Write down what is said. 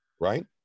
Right